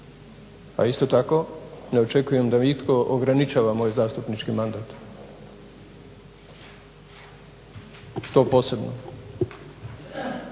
A isto tako ne očekujem da mi nitko ograničava moj zastupnički mandat. To posebno.